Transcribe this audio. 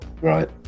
Right